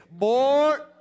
More